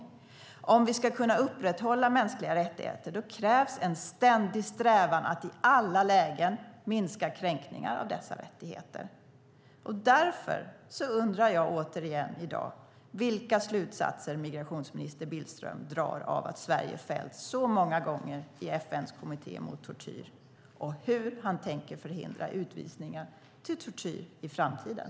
För att vi ska kunna upprätthålla mänskliga rättigheter krävs det en ständig strävan att i alla lägen minska kränkningarna av dessa rättigheter. Därför undrar jag återigen vilka slutsatser migrationsminister Billström drar av att Sverige fällts så många gånger i FN:s kommitté mot tortyr och hur han tänker förhindra utvisningar till tortyr i framtiden.